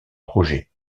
projet